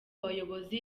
bayobozi